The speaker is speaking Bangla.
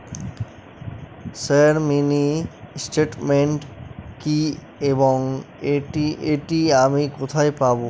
স্যার মিনি স্টেটমেন্ট কি এবং এটি আমি কোথায় পাবো?